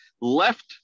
left